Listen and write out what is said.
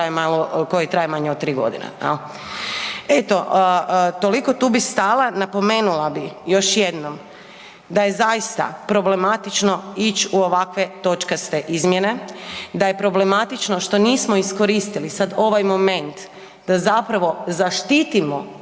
koji traje manje od 3 godine, je li? Eto, toliko, tu bih stala. Napomenula bih, još jednom da je zaista problematično ići u ovakve točkaste izmjene, da je problematično što nismo iskoristili sad ovaj moment da zapravo zaštitimo